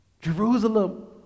Jerusalem